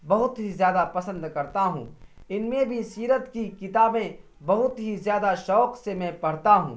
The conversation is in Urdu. بہت ہی زیادہ پسند کرتا ہوں ان میں بھی سیرت کی کتابیں بہت ہی زیادہ شوق سے میں پڑھتا ہوں